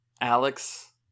Alex